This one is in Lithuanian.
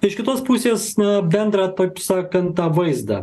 iš kitos pusės na bendrą taip sakant tą vaizdą